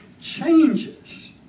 changes